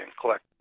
collect